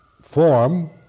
form